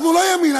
אנחנו לא ימין.